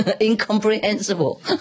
incomprehensible